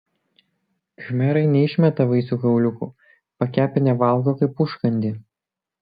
khmerai neišmeta vaisių kauliukų pakepinę valgo kaip užkandį